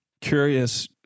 curious